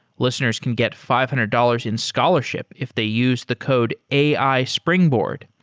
listeners can get five hundred dollars in scholarship if they use the code ai springboard.